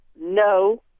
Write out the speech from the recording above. no